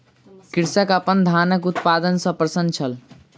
कृषक अपन धानक उत्पादन सॅ प्रसन्न छल